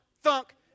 thunk